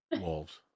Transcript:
wolves